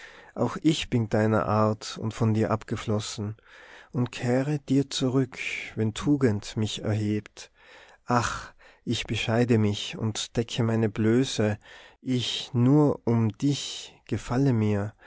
auch ich bin von deiner art und von dir abgeflossen und kehre dir zurück wenn tugend mich erhebt ach ich bescheide mich und decke meine blöße ich nur um dich gefalle mir